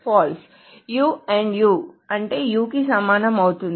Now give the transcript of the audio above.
u AND u అంటే u కి సమానం అవుతుంది